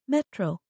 Metro